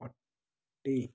ଅଟେ